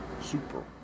Super